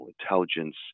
intelligence